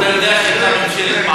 זאת עובדה שלא קרה כלום.